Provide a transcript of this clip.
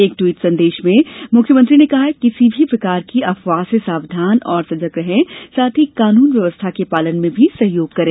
एक ट्वीट संदेश में मुख्यमंत्री ने कहा है कि किसी भी प्रकार की अफवाह से सावधान और सजग रहे साथ ही कानून व्यवस्था के पालन में सभी सहयोग करें